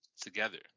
together